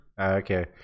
Okay